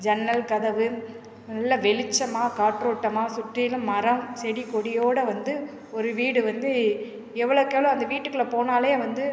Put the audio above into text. ஜன்னல் கதவு நல்ல வெளிச்சமாக காற்றோட்டமாக சுற்றிலும் மரம் செடி கொடியோட வந்து ஒரு வீடு வந்து எவ்வளவுக்கெவ்வளோ அந்த வீட்டுக்குள்ள போனாலே வந்து